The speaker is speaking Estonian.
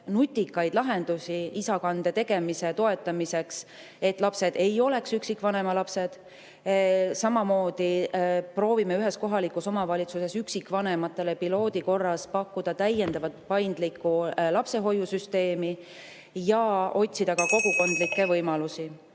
nutikaid lahendusi isakande tegemise toetamiseks, et lapsed ei oleks üksikvanema lapsed. Samamoodi proovime ühes kohalikus omavalitsuses üksikvanematele piloodi korras pakkuda täiendavat paindlikku lapsehoiusüsteemi (Juhataja helistab kella.) ja otsida ka kogukondlikke võimalusi.